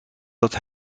dat